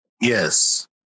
Yes